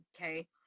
okay